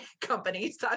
Companies